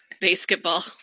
basketball